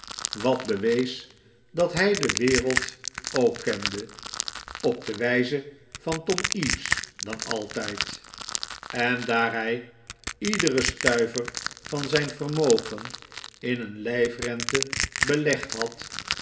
wat bewees dat hij de wereld ook kende op de wijze van tom eaves dan altijd en daar hij iederen stuiver van zijn vermogen in een lijfrente belegd had